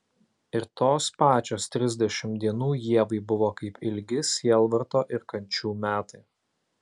ir tos pačios trisdešimt dienų ievai buvo kaip ilgi sielvarto ir kančių metai